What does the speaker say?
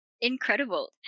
Incredible